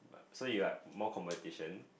so you like more competition